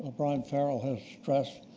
brian farrell has stressed.